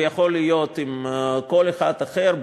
ויכול להיות עם כל אחד אחר,